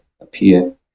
appear